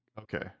Okay